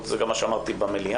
זה גם מה שאמרתי ב מליאה.